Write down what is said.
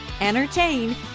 entertain